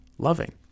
loving